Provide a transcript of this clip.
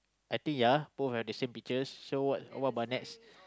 I think ya both have the same picture so what what about next